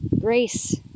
Grace